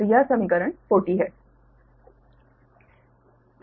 तो यह समीकरण 40 है